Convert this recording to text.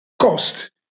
cost